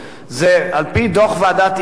שהיא התשתית למהלך ההסדרה.